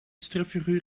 stripfiguur